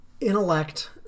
intellect